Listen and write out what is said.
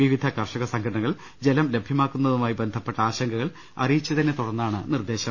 വിവിധ കർഷക സംഘടനകൾ ജലം ലഭ്യമാക്കു ന്നതുമായി ബന്ധപ്പെട്ട ആശങ്കകൾ അറിയിച്ചതിനെ തുടർന്നാണ് നിർദ്ദേശം